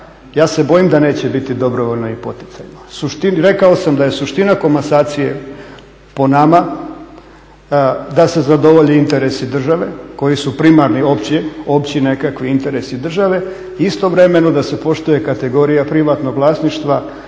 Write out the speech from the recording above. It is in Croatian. ja se bojim da neće biti dobrovoljno i poticajno. Rekao sam da je suština komasacije po nama da se zadovolje interesi države koji su primarni opći nekakvi interesi državi i istovremeno da se poštuje kategorija privatnog vlasništva